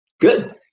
Good